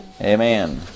Amen